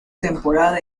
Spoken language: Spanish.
temporada